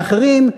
ואחרים,